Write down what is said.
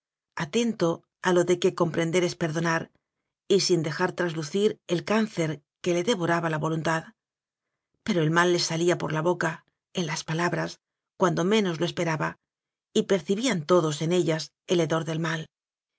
atento a lo de que com prender es perdonar y sin dejar traslucir el cáncer que le devoraba la voluntad pero el mal le salía por la boca en las palabras cuan do menos lo esperaba y percibían todos en ellas el hedor del mal